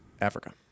Africa